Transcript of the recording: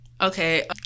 Okay